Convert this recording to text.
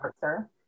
sir